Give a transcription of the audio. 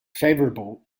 favorable